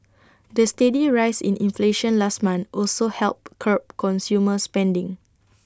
the steady rise in inflation last month also helped curb consumer spending